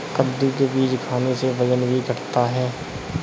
कद्दू के बीज खाने से वजन भी घटता है